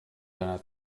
einer